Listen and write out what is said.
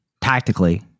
tactically